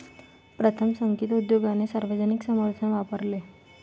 प्रथम, संगीत उद्योगाने सार्वजनिक समर्थन वापरले